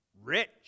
Rich